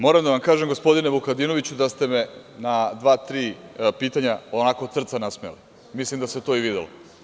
Moram da vam kažem gospodine Vukadinoviću da ste me na dva-tri pitanja onako od srca nasmejali, mislim da se to i videlo.